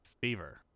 Fever